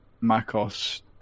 MacOS